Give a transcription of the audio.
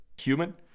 human